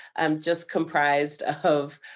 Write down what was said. um just comprised of